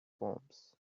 proms